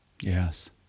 Yes